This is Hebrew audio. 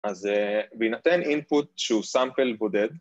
‫אז בינתיים אינפוט שהוא סאמפל בודד.